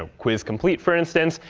ah quiz complete, for instance,